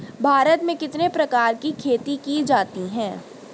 भारत में कितने प्रकार की खेती की जाती हैं?